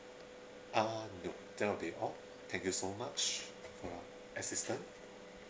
uh no that will be all thank you so much for your assistant